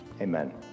Amen